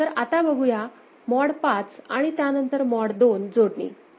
तर आता बघूया मॉड 5 आणि त्यानंतर मॉड 2 जोडणी